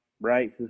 right